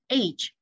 age